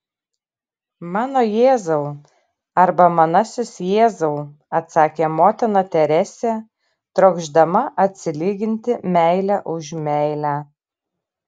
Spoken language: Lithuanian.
mano jėzau arba manasis jėzau atsakė motina teresė trokšdama atsilyginti meile už meilę